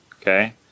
Okay